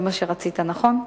זה מה שרצית, נכון?